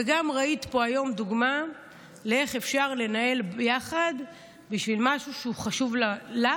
וגם ראית פה היום דוגמה לאיך אפשר להתנהל ביחד בשביל משהו שהוא חשוב לך,